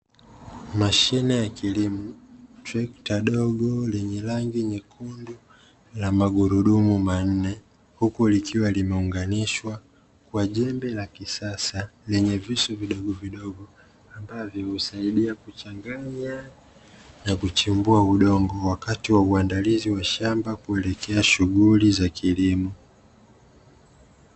Mashine ya kilimo trekta dogo lenye rangi nyekundu ya magurudumu manne; huku likiwa limeunganishwa kwa jembe la kisasa yenye visu vidogovidogo, ambavyo husaidia kuchanganya na kuchimbua udongo wakati wa uandalizi wa shamba kuelekea shughuli za kilimo.